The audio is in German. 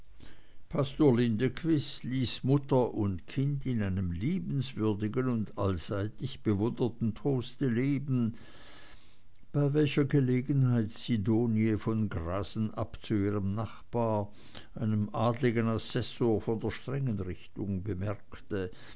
pastor lindequist ließ mutter und kind in einem liebenswürdigen und allseitig bewunderten toaste leben bei welcher gelegenheit sidonie von grasenabb zu ihrem nachbar einem adligen assessor von der strengen richtung bemerkte